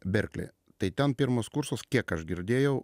berklyje tai ten pirmas kursas kiek aš girdėjau